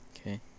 Okay